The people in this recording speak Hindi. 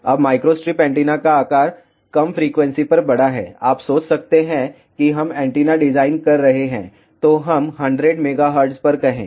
अब माइक्रोस्ट्रिप एंटीना का आकार कम फ्रीक्वेंसी पर बड़ा है आप सोच सकते हैं कि हम एंटीना डिजाइन कर रहे हैं तो हम 100 MHz पर कहें